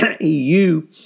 EU